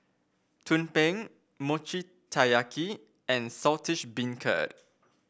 tumpeng Mochi Taiyaki and Saltish Beancurd